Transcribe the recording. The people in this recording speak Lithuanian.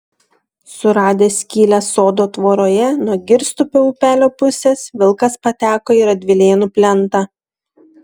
suradęs skylę sodo tvoroje nuo girstupio upelio pusės vilkas pateko į radvilėnų plentą